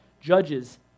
Judges